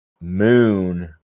Moon